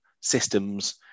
systems